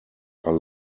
are